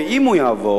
אם הוא יעבור,